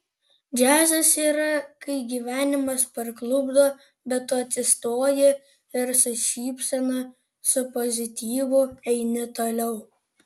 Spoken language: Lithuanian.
džiazas yra kai gyvenimas parklupdo bet tu atsistoji ir su šypsena su pozityvu eini toliau